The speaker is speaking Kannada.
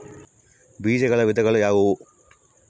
ಬೇಜಗಳ ವಿಧಗಳು ಯಾವುವು?